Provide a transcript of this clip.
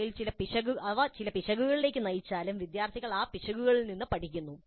അവ ചില പിശകുകളിലേക്ക് നയിച്ചാലും വിദ്യാർത്ഥികൾ ആ പിശകുകളിൽ നിന്ന് പഠിക്കുന്നു